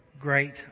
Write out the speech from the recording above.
great